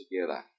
together